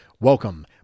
Welcome